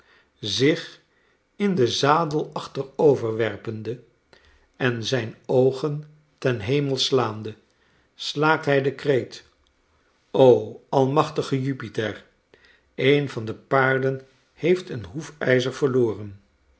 zich in den zadel achteroverwerpende en zijn oogen ten hemel slaande slaakt hi den kreet s o almachtige jupiter een van de paarden heeft een hoefijzer verloren